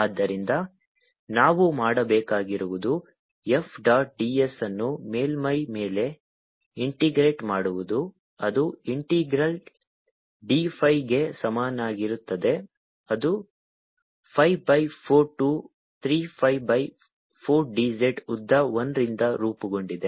ಆದ್ದರಿಂದ ನಾವು ಮಾಡಬೇಕಾಗಿರುವುದು F ಡಾಟ್ ds ಅನ್ನು ಮೇಲ್ಮೈ ಮೇಲೆ ಇಂಟಿಗ್ರೇಟ್ ಮಾಡುವುದು ಅದು ಇಂಟಿಗ್ರಲ್ d phi ಗೆ ಸಮನಾಗಿರುತ್ತದೆ ಅದು pi by 4 to 3 pi by 4 dz ಉದ್ದ 1 ನಿಂದ ರೂಪುಗೊಂಡಿದೆ